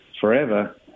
forever